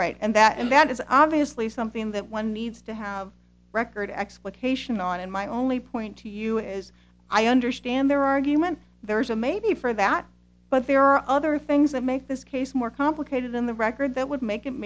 right and that and that is obviously something that one needs to have record explication on and my only point to you is i understand their argument there's a maybe for that but there are other things that make this case more complicated than the record that would make it